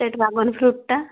ସେ ଡ୍ରାଗନ୍ ଫ୍ରୁଟ୍ଟା